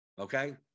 okay